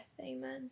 Amen